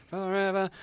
Forever